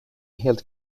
helt